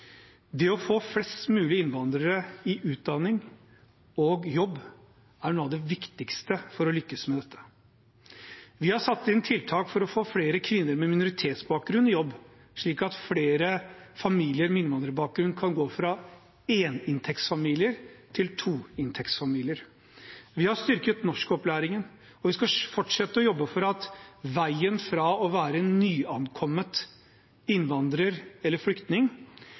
Det å få flest mulig innvandrere i utdanning og jobb er noe av det viktigste for å lykkes med dette. Vi har satt inn tiltak for å få flere kvinner med minoritetsbakgrunn i jobb, slik at flere familier med innvandrerbakgrunn kan gå fra å være éninntektsfamilier til to toinntektsfamilier. Vi har styrket norskopplæringen, og vi skal fortsette å jobbe for at veien fra å være nyankommet innvandrer eller flyktning